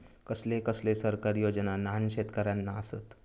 कसले कसले सरकारी योजना न्हान शेतकऱ्यांना आसत?